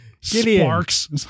sparks